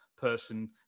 person